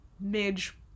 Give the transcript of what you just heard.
Midge